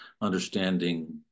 understanding